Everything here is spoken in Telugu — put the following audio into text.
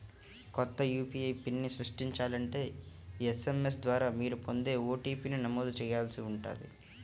కొత్త యూ.పీ.ఐ పిన్ని సృష్టించాలంటే ఎస్.ఎం.ఎస్ ద్వారా మీరు పొందే ఓ.టీ.పీ ని నమోదు చేయాల్సి ఉంటుంది